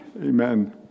amen